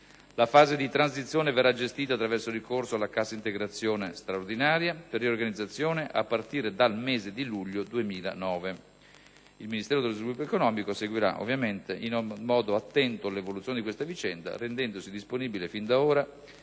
la fase di transizione verrà gestita attraverso il ricorso alla cassa integrazione straordinaria per riorganizzazione a partire dal mese di luglio 2009. Il Ministero dello sviluppo economico seguirà, comunque, in modo attento l'evoluzione di questa vicenda, rendendosi disponibile fin da ora